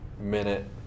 minute